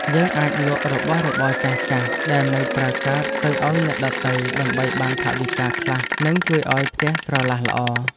យើងអាចលក់របស់របរចាស់ៗដែលនៅប្រើកើតទៅឱ្យអ្នកដទៃដើម្បីបានថវិកាខ្លះនិងជួយឱ្យផ្ទះស្រឡះល្អ។